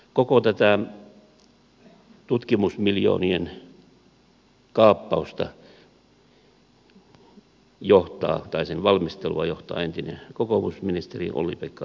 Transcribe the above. koko tätä tutkimusmiljoonien kaappausta tai sen valmistelua johtaa entinen kokoomusministeri olli pekka heinonen